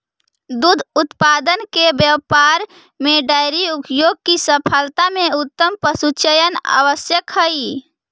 दुग्ध उत्पादन के व्यापार में डेयरी उद्योग की सफलता में उत्तम पशुचयन आवश्यक हई